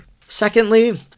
Secondly